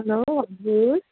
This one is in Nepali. हेलो हजुर